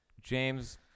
James